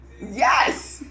Yes